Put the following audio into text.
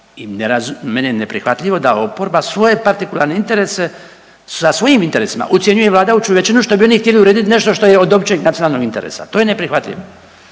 meni je neprihvatljivo da oporba svoje partikularne interese, sa svojim interesima ucjenjuje vladajuću većinu što bi oni htjeli uredit nešto što je od općeg nacionalnog interesa. To je neprihvatljivo.